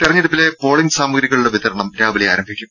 തെരഞ്ഞെടുപ്പിലെ പോളിംഗ് സാമഗ്രികളുടെ വിതരണം രാവിലെ ആരംഭിക്കും